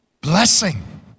Blessing